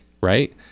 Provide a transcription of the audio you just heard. right